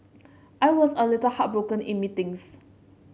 I was a little heartbroken in meetings